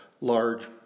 large